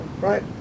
right